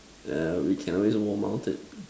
yeah we can always wall mount it